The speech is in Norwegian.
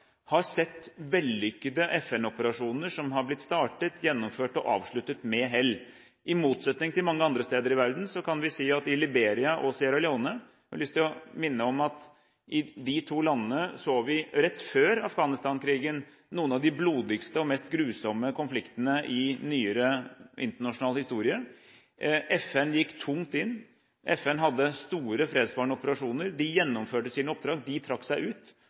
har sett vellykkede FN-operasjoner som har blitt startet, gjennomført, og avsluttet med hell – i motsetning til mange andre steder i verden. Jeg har lyst til å minne om at vi i Liberia og Sierra Leone, rett før Afghanistan-krigen, så noen av de blodigste og meste grusomme konfliktene i nyere internasjonal historie. FN gikk tungt inn. FN hadde store fredsbevarende operasjoner. De gjennomførte sine oppdrag, og de trakk seg ut.